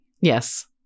Yes